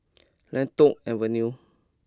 Lentor Avenue